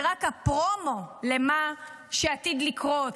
זה רק הפרומו למה שעתיד לקרות.